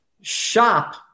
shop